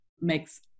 makes